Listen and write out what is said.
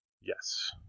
Yes